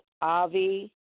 Avi